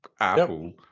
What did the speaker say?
Apple